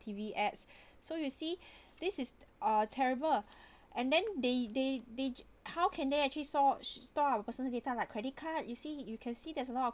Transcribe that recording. T_V ads so you see this is uh terrible and then they they they how can they actually saw s~ store our personal data like credit card you see you can see there's a lot of